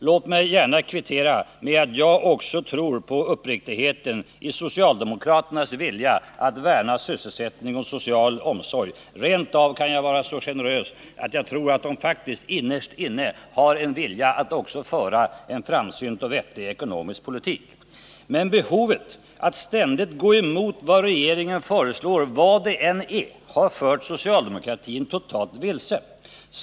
Låt mig kvittera med att också jag tror på uppriktigheten i socialdemokraternas vilja att värna sysselsättning och social omsorg. Jag kan rent av vara så generös att jag säger att jag tror att de innerst inne också har en vilja att föra en framsynt och vettig ekonomisk politik. Men behovet av att ständigt gå emot vad regeringen föreslår, oavsett vad det är, har fört socialdemokratin totalt vilse.